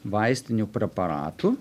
vaistinių preparatų